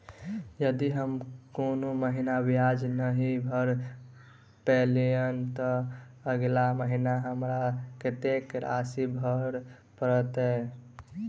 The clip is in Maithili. यदि हम कोनो महीना ब्याज नहि भर पेलीअइ, तऽ अगिला महीना हमरा कत्तेक राशि भर पड़तय?